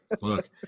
Look